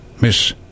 Miss